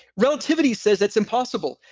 relativity says it's impossible.